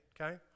okay